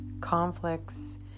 conflicts